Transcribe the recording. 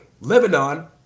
Lebanon